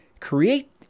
create